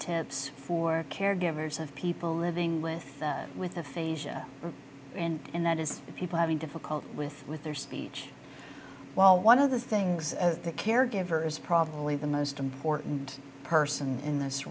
tips for caregivers of people living with with aphasia and that is people having difficulty with with their speech well one of the things that caregiver is probably the most important person in this